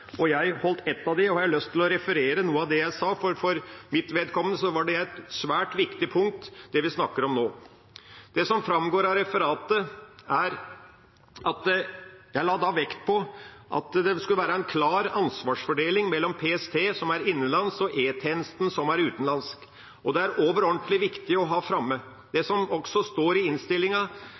og jeg holdt ett av dem. Jeg har lyst til å referere noe av det jeg sa, for for mitt vedkommende var det et svært viktig punkt, det vi snakker om nå. Det som framgår av referatet, er at jeg da la vekt på at det skulle være «klar ansvarsfordeling mellom PST, som er innenlands, og E-tjenesten, som er utenlands». Og videre: «Det er overordentlig viktig å ha framme. Det som også står i innstillinga,